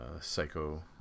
psycho